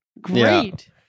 great